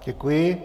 Děkuji.